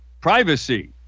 privacy